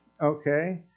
Okay